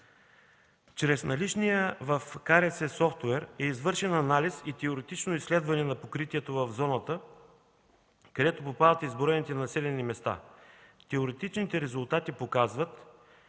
Чрез наличния в КРС софтуер е извършен анализ и теоретично изследване на покритието в зоната, където попадат изброените населени места. Теоретичните резултати показват,